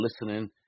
listening